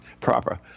proper